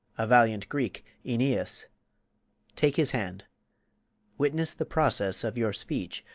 a valiant greek, aeneas take his hand witness the process of your speech,